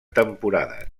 temporades